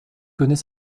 connaît